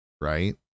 right